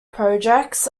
projects